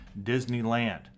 Disneyland